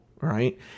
right